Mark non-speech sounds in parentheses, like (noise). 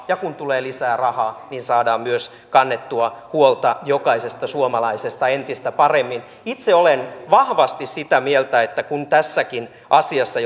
ja kun tulee lisää rahaa niin saadaan myös kannettua huolta jokaisesta suomalaisesta entistä paremmin itse olen vahvasti sitä mieltä että kun tässäkin asiassa (unintelligible)